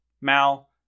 Mal